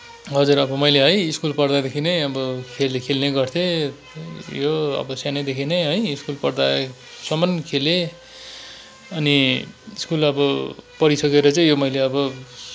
हजुर अब मैले है स्कुल पढ्दादेखि नै अब खेल खेल्ने गर्थेँ यो अब सानैदेखि नै है स्कुल पढ्दासम्म खेलेँ अनि स्कुल अब पढिसकेर चाहिँ यो मैले अब